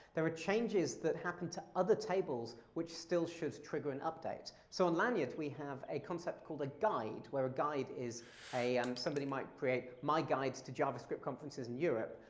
there are changes that happen to other tables which still should trigger an update. so in lanyrd, we have a concept called a guide where a guide is a, um somebody might create my guides to javascript conferences in europe.